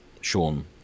Sean